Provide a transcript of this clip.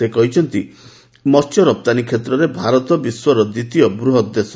ସେ କହିଛନ୍ତି ମହ୍ୟ ରପ୍ତାନୀ କ୍ଷେତ୍ରରେ ଭାରତ ବିଶ୍ୱର ଦ୍ୱିତୀୟ ବୃହତ ଦେଶ